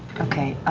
okay,